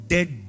Dead